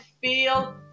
feel